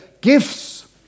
gifts